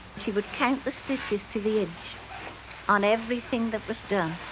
she would count the stitches to the inch on everything that was done.